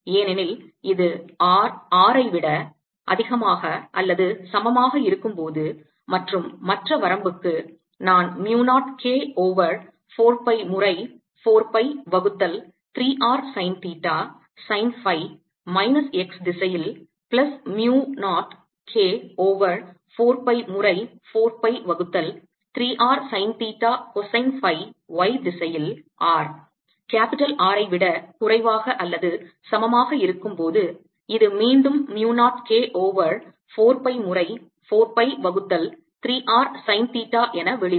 ஏனெனில் இது r R ஐ விட அதிகமாக அல்லது சமமாக இருக்கும்போது மற்றும் மற்ற வரம்புக்கு நான் mu 0 K ஓவர் 4 pi முறை 4 pi வகுத்தல் 3 r sine theta sine phi minus x திசையில் plus mu 0 K over 4 pi முறை 4 pi வகுத்தல் 3 r sine theta cosine phi y திசையில் r R ஐ விட குறைவாக அல்லது சமமாக இருக்கும்போது இது மீண்டும் mu 0 K ஓவர் 4 pi முறை 4 pi வகுத்தல் 3 r sine தீட்டா என வெளிவரும்